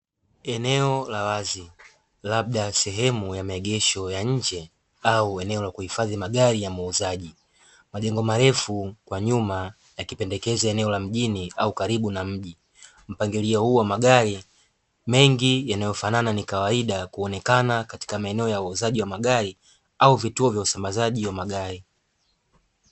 Eneo la wazi labda sehemu ya maegesho ya nje au eneo la kuhifadhi magari ya muuzaji. Majengo marefu kwa nyuma yakipendezesha eneo la mjini au karibu na mji. Mpangilio huu wa magari mengi yanayofanana, ni kawaida kuonekana katika maeneo ya uuzaji wa magari au vituo vya usambazaji wa magari.